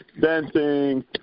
dancing